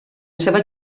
seva